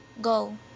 Go